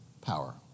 power